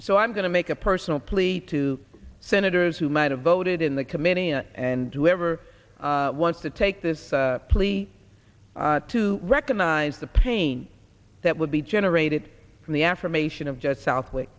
and so i'm going to make a personal plea to senators who might have voted in the committee a and whoever wants to take this plea to recognize the pain that would be generated from the affirmation of just southwi